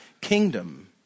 kingdom